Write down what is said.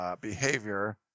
behavior